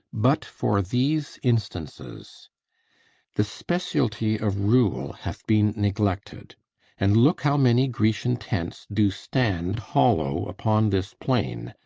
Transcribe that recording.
but for these instances the specialty of rule hath been neglected and look how many grecian tents do stand hollow upon this plain,